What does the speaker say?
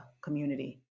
community